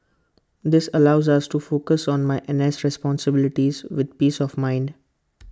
this allows us to focus on my N S responsibilities with peace of mind